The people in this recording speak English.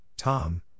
Tom